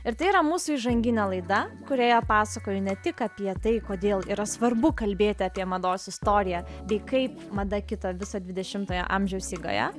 ir tai yra mūsų įžanginė laida kurioje pasakoju ne tik apie tai kodėl yra svarbu kalbėti apie mados istoriją tai kaip mada kito viso dvidešimtojo amžiaus eigoje